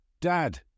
Dad